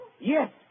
Yes